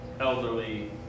elderly